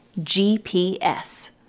GPS